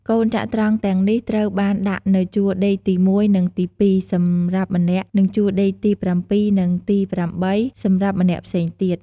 កូនចត្រង្គទាំងនេះត្រូវបានដាក់នៅជួរដេកទី១ និងទី២ សម្រាប់ម្នាក់ និងជួរដេកទី៧ និងទី៨ សម្រាប់ម្នាក់ផ្សេងទៀត។